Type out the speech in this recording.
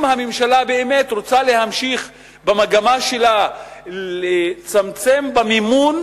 אם הממשלה באמת רוצה להמשיך במגמה שלה לצמצם במימון,